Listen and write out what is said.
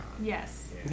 Yes